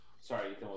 sorry